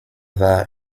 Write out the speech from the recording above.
war